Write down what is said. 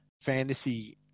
fantasy